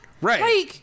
Right